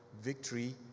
victory